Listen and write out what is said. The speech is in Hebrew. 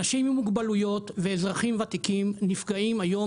אנשים עם מוגבלויות ואזרחים ותיקים נפגעים היום